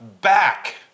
Back